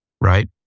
right